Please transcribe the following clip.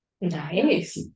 Nice